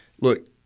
Look